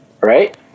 right